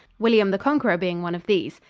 william the conqueror being one of these.